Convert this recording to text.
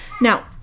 Now